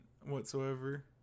whatsoever